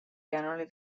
generally